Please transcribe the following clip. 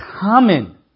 common